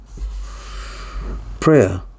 prayer